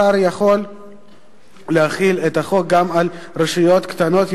השר יכול להחיל את החוק גם על רשויות קטנות יותר,